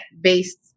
based